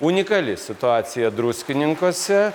unikali situacija druskininkuose